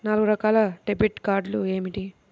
నాలుగు రకాల డెబిట్ కార్డులు ఏమిటి?